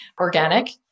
organic